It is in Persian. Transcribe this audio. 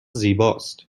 زیباست